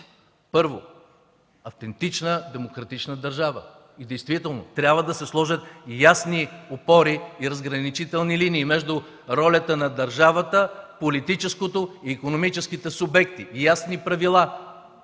Първо, автентична демократична държава. Действително, трябва да се сложат ясни опори и разграничителни линии между ролята на държавата – политическото, и икономическите субекти, ясни правила.